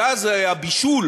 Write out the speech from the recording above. גז הבישול